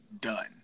Done